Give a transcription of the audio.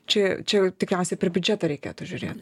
čia čia jau tikriausiai per biudžetą reikėtų žiūrėt